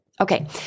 Okay